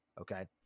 okay